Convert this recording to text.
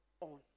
on